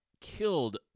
killed